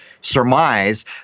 surmise